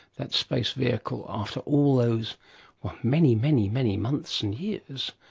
that space vehicle, after all those many, many, many months and years,